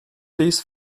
these